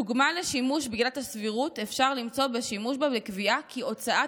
דוגמה לשימוש בעילת הסבירות אפשר למצוא בשימוש בה בקביעה כי הוצאת